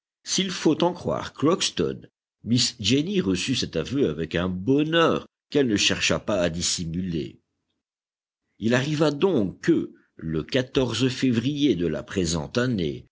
s'il faut en croire crockston miss jenny reçut cet aveu avec un bonheur qu'elle ne chercha pas à dissimuler il arriva donc que le février de la présente année